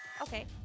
Okay